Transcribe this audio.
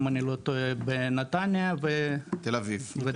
אם אני לא טועה בנתניה ותל אביב,